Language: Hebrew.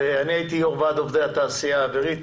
אני הייתי יושב ראש ועד עובדי התעשייה האווירית.